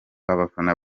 abafana